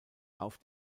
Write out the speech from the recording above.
auf